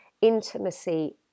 intimacy